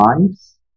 lives